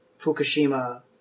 Fukushima